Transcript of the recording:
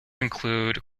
include